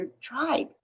tried